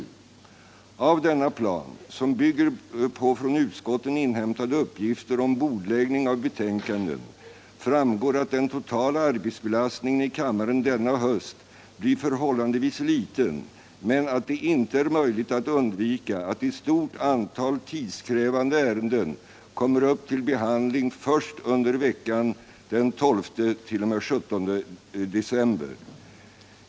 Av denna plan, som bygger på från utskotten inhämtade uppgifter om bordläggning av betänkanden, framgår — Allmänpolitisk att den totala arbetsbelastningen i kammaren denna höst blir förhåll — debatt andevis liten men att det inte är möjligt att undvika att ett stort antal tidskrävande ärenden kommer upp till behandling först under veckan den 12-den 17 december.